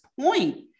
point